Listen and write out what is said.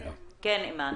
בבקשה.